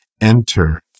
enter